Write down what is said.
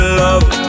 love